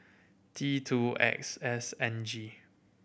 T two X S N G